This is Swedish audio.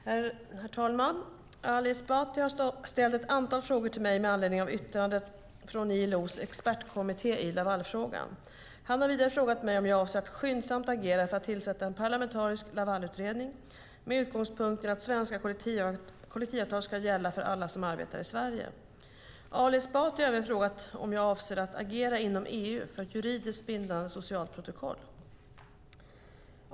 Herr talman! Ali Esbati har ställt ett antal frågor till mig med anledning av yttrandet från ILO:s expertkommitté i Lavalfrågan. Han har vidare frågat mig om jag avser att skyndsamt agera för att tillsätta en parlamentarisk Lavalutredning med utgångspunkten att svenska kollektivavtal ska gälla för alla som arbetar i Sverige. Ali Esbati har även frågat om jag avser att agera inom EU för ett juridiskt bindande socialt protokoll.